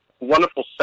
wonderful